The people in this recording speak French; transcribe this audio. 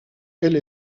elle